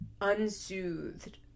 unsoothed